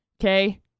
Okay